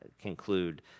conclude